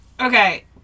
Okay